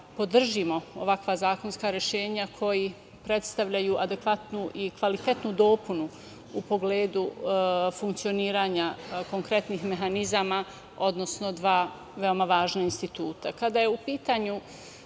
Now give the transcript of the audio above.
podržimo ovakva zakonska rešenja koji predstavljaju adekvatnu i kvalitetnu dopunu u pogledu funkcionisanja konkretnih mehanizama, odnosno dva veoma važna instituta. Kada